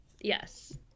Yes